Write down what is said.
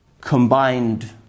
combined